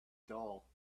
doll